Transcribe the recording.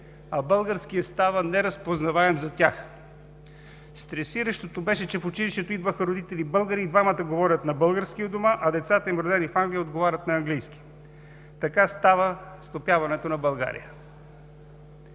а българският става неразпознаваем за тях. Стресиращото беше, че в училището идваха родители българи и двамата говорят на български у дома, а децата им, родени в Англия, отговарят на английски. Така става стопяването на България.